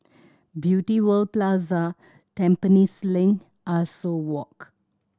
Beauty World Plaza Tampines Link Ah Soo Walk